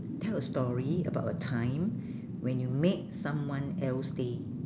tell a story about a time when you make someone else day